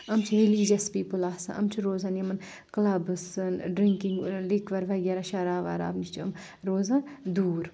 یِم چھِ religious people آسان یِم چھِ روزان یِمن کٕلبٕسن ڈرٛنکنگ لیٖکیور وغیرہ شراب وراب نِش چھ یِم روزان دوٗر